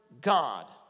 God